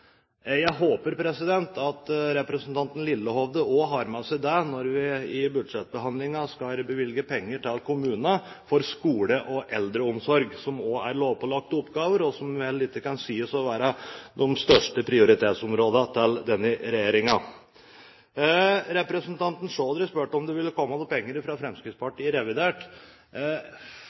Jeg håper at representanten Lillehovde også har med seg det når vi i budsjettbehandlingen skal bevilge penger til kommunene til skole og eldreomsorg, som også er lovpålagte oppgaver, og som vel ikke kan sies å være de største prioriteringsområdene til denne regjeringen. Representanten Chaudhry spurte om det ville komme noen penger fra Fremskrittspartiet i forbindelse med revidert.